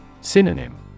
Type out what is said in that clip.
Synonym